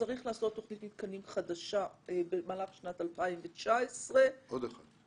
צריך לעשות תכנית מתקנים חדשה במהלך 2019. עוד אחד.